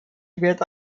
wird